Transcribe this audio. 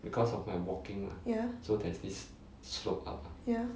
ya ya